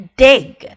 dig